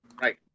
Right